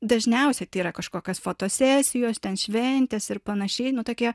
dažniausiai tai yra kažkokios fotosesijos ten šventės ir panašiai nu tokie